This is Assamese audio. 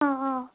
অঁ অঁ